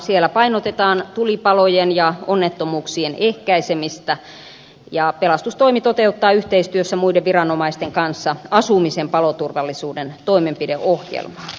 siellä painotetaan tulipalojen ja onnettomuuksien ehkäisemistä ja pelastustoimi toteuttaa yhteistyössä muiden viranomaisten kanssa asumisen paloturvallisuuden toimenpideohjelmaa